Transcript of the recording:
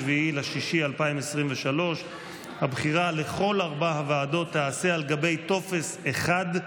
ביוני 2023. הבחירה לכל ארבע הוועדות תיעשה על גבי טופס אחד,